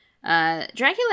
Dracula